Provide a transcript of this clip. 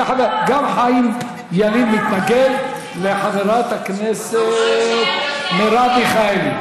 גם חבר הכנסת חיים ילין מתפקד וחברת הכנסת מרב מיכאלי.